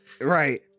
right